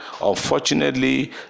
unfortunately